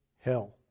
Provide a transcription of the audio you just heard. hell